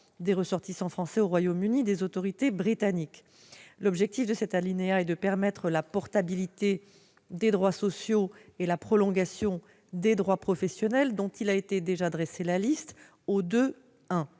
des ressortissants français au Royaume-Uni, des autorités britanniques. L'objectif de cet alinéa est de permettre la portabilité des droits sociaux et la prolongation des droits professionnels, dont la liste a déjà été dressée au I